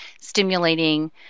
Stimulating